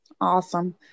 Awesome